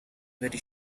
very